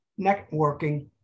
networking